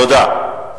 תודה.